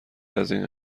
ازاین